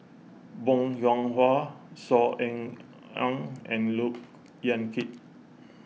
Bong Hiong Hwa Saw Ean Ang and Look Yan Kit